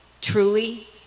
truly